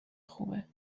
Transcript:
خوبه